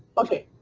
okay.